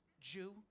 Jew